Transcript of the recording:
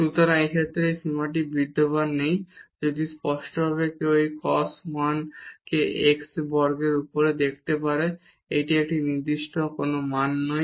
সুতরাং এই ক্ষেত্রে এই সীমাটি বিদ্যমান নেই যদি স্পষ্টভাবে কেউ এই cos 1 কে x বর্গের উপরে দেখতে পারে এটি একটি নির্দিষ্ট মান নয়